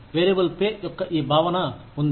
variable pay యొక్క ఈ భావన ఉంది